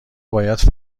باید